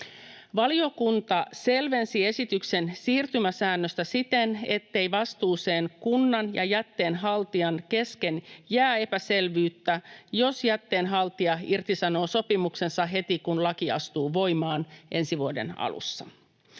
Valiokunta selvensi esityksen siirtymäsäännöstä siten, ettei vastuuseen kunnan ja jätteen haltijan kesken jää epäselvyyttä, jos jätteen haltija irtisanoo sopimuksensa heti, kun laki astuu voimaan ensi vuoden alussa.